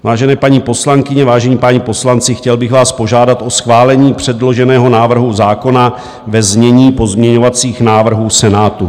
Vážené paní poslankyně, vážení páni poslanci, chtěl bych vás požádat o schválení předloženého návrhu zákona ve znění pozměňovacích návrhů Senátu.